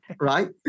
right